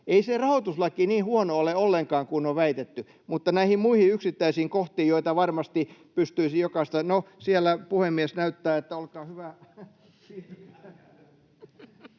Ei se rahoituslaki niin huono ole ollenkaan kuin on väitetty, mutta näihin muihin yksittäisiin kohtiin, joita varmasti pystyisi jokaista... — No, siellä puhemies näyttää, että olkaa hyvä,